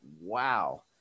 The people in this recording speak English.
wow